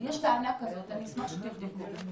יש טענה כזאת, אני אשמח שתבדקו.